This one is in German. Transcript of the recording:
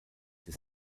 des